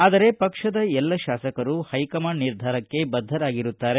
ಆದರೆ ಪಕ್ಷದ ಎಲ್ಲ ಶಾಸಕರು ಷ್ಟೆಕಮಾಂಡ ನಿರ್ಧಾರಕ್ಕೆ ಬದ್ದರಾಗಿರುತ್ತಾರೆ